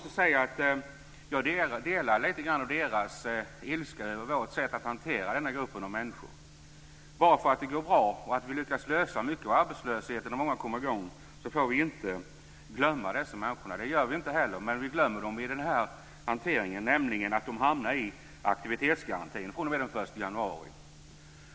Jag delar deras ilska över vårt sätt att hantera denna grupp människor. Bara för att det går bra och vi lyckas lösa mycket av arbetslösheten får vi inte glömma dessa människor. Det gör vi inte heller. Men vi glömmer dem i den här hanteringen. De hamnar nämligen i aktivitetsgarantin fr.o.m. den 1 januari.